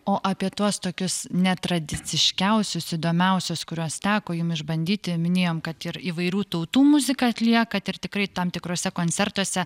o apie tuos tokius netradiciškiausius įdomiausius kuriuos teko jum išbandyti minėjom kad ir įvairių tautų muziką atliekat ir tikrai tam tikruose koncertuose